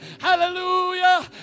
Hallelujah